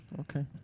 Okay